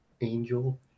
Angel